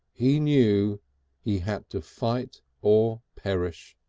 he knew he had to fight or perish.